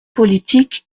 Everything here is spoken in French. politique